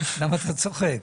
למה אתה צוחק?